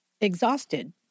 Exhausted